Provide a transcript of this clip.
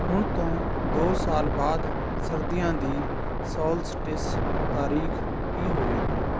ਹੁਣ ਤੋਂ ਦੋ ਸਾਲ ਬਾਅਦ ਸਰਦੀਆਂ ਦੀ ਸੌਲਸਟਿਸ ਤਾਰੀਖ਼ ਕੀ ਹੋਵੇਗੀ